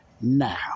now